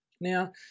Now